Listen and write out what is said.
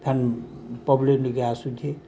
ଫେନ୍ ପବ୍ଲିିକ୍ ଥିକେ ଆସୁଛି